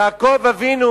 יעקב אבינו